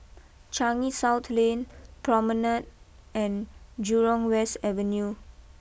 Changi South Lane Promenade and Jurong West Avenue